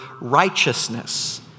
righteousness